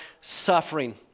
suffering